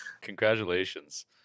Congratulations